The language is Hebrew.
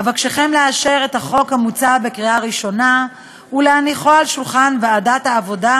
אבקשכם לאשר את החוק המוצע בקריאה ראשונה ולהניחו על שולחן ועדת העבודה,